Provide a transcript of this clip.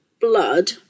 blood